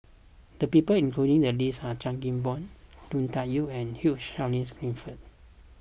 the people included in the list are Chan Kim Boon Lui Tuck Yew and Hugh Charles Clifford